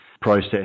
process